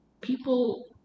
people